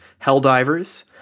Helldivers